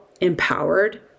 empowered